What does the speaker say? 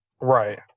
Right